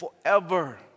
forever